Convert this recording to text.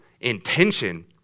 intention